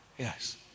Yes